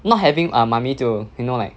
not having a mummy to you know like